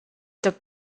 the